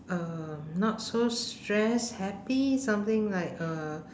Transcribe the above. um not so stressed happy something like uh